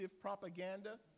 propaganda